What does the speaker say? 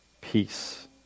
Peace